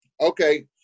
Okay